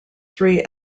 three